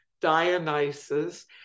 Dionysus